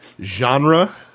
genre